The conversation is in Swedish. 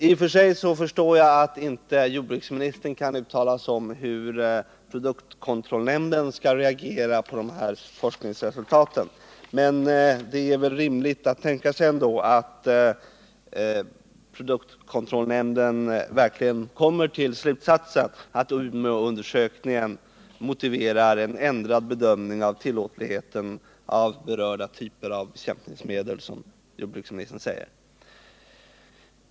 I och för sig förstår jag att jordbruksministern inte kan uttala sig om hur produktkontrollnämnden skall reagera på forskningsresultaten. Men det är väl rimligt att tänka sig att produktkontrollnämnden verkligen kommer till slutsatsen att Umeåundersökningen motiverar ”en ändrad bedömning av tillåtligheten av berörda typer av bekämpningsmedel”, som jordbruksministern säger.